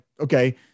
okay